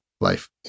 life